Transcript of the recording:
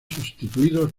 sustituidos